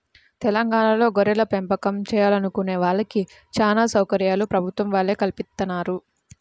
తెలంగాణాలో గొర్రెలపెంపకం చేయాలనుకునే వాళ్ళకి చానా సౌకర్యాలు ప్రభుత్వం వాళ్ళే కల్పిత్తన్నారు